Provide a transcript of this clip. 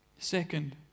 Second